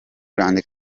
grande